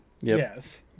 Yes